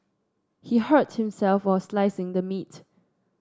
he hurt himself while slicing the meat